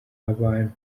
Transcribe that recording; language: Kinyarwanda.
abantu